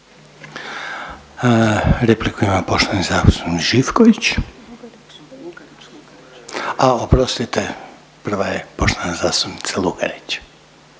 Repliku ima poštovani zastupnik Živković. A oprostite prva je poštovana zastupnica Lugarić.